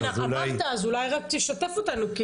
אמרת, אז אולי רק תשתף אותנו.